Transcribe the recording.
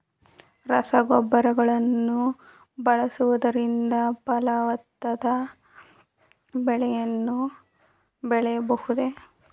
ರಸಗೊಬ್ಬರಗಳನ್ನು ಬಳಸುವುದರಿಂದ ಫಲವತ್ತಾದ ಬೆಳೆಗಳನ್ನು ಬೆಳೆಯಬಹುದೇ?